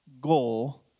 goal